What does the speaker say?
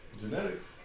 Genetics